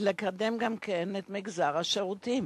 ולקדם גם כן את מגזר השירותים.